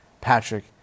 Patrick